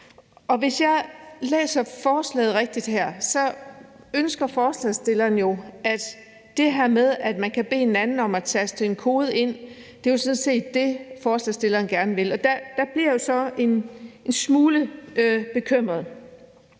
og hvis jeg læser forslaget her rigtigt, ønsker forslagsstillerne jo det her med, at man kan bede en anden om at taste en kode ind; det er jo sådan set det, forslagsstillerne gerne vil. Der bliver jeg så en smule bekymret.